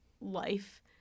life